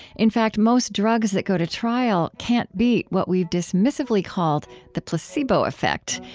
in fact, most drugs that go to trial can't beat what we've dismissively called the placebo effect.